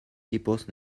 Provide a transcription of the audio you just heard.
tipos